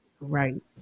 Right